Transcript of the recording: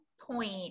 point